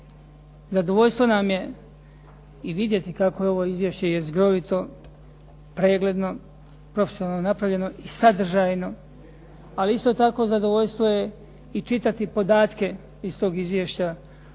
Zadovoljstvo nam je vidjeti kako je ovo Izvješće jezgrovito, pregledno i profesionalno napravljeno i sadržajno, ali isto tako zadovoljstvo je čitati podatke iz tog Izvješća